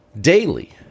daily